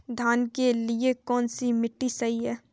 धान के लिए कौन सी मिट्टी सही है?